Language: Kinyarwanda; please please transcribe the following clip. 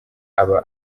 aba